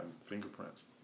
fingerprints